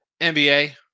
NBA